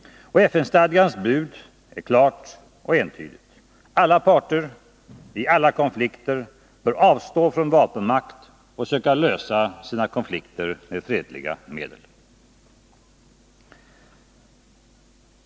Och FN-stadgans bud är klart och entydigt: alla parter i alla konflikter bör avstå från vapenmakt och söka lösa sina konflikter med fredliga medel.